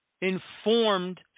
informed